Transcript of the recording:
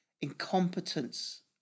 incompetence